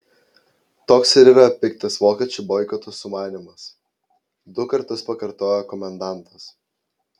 toks ir yra piktas vokiečių boikoto sumanymas du kartus pakartojo komendantas